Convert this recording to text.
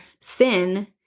sin